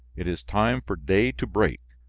it is time for day to break,